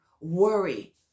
worry